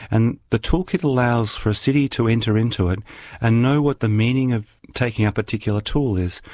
and the toolkit allows for a city to enter into it and know what the meaning of taking a particular tool is.